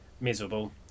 miserable